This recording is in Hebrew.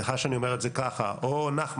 סליחה שאני אומר את זה ככה או נחמן,